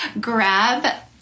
Grab